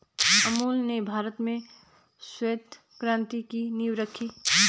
अमूल ने भारत में श्वेत क्रान्ति की नींव रखी